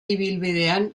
ibilbidean